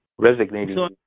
Resignating